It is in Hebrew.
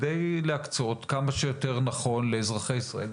על מנת להקצות כמה שיותר נכון לאזרחי ישראל,